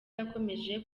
yakomeje